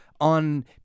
on